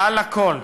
מעל הכול,